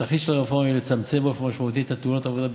התכלית של הרפורמה היא לצמצם באופן משמעותי את תאונות העבודה,